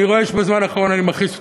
אני רואה שבזמן האחרון אני מכעיס אותך,